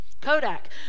Kodak